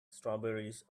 strawberries